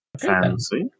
Fancy